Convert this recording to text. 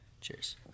Cheers